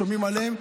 שומעים עליהן,